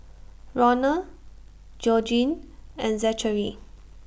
Ronal Georgine and Zachery